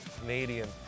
Canadian